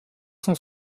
cent